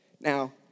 Now